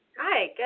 Hi